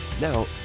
Now